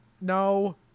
no